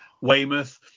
Weymouth